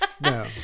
No